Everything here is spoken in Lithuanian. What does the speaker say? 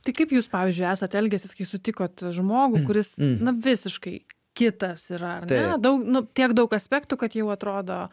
tai kaip jūs pavyzdžiui esat elgęsis kai sutikot žmogų kuris na visiškai kitas yra ar ne daug nu tiek daug aspektų kad jau atrodo